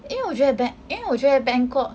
因为我觉得 bang~ 因为我觉得 Bangkok